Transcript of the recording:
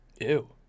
Ew